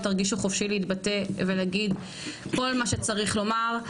תרגישו חופשי להתבטא ולהגיד כל מה שצריך לומר.